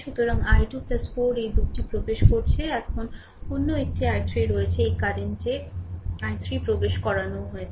সুতরাং i2 4 এই 2 টি প্রবেশ করছে এখন অন্য একটি i3 রয়েছে এই কারেন্ট i3 প্রবেশ করানোও রয়েছে